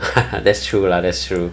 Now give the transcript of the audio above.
that's true lah that's true